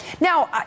Now